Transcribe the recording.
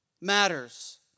matters